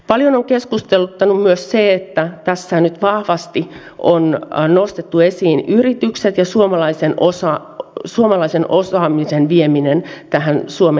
paljon on keskusteluttanut myös se että tässä nyt vahvasti on nostettu esiin yritykset ja suomalaisen osaamisen vieminen tähän suomen kehityspolitiikkaan